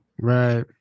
right